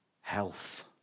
health